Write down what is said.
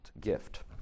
gift